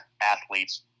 athletes